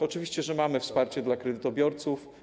Oczywiście, że mamy wsparcie dla kredytobiorców.